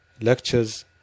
lectures